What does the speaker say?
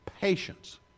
patience